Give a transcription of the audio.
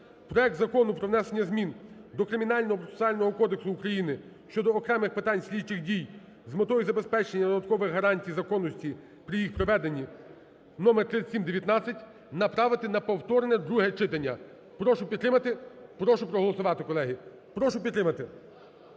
проект Закону про внесення змін до Кримінально-процесуального кодексу України (щодо окремих питань слідчих дій з метою забезпечення додаткових гарантій законності при їх проведенні) (№3719) направити на повторне друге читання. Прошу підтримати, прошу проголосувати, колеги. Прошу підтримати,